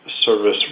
Service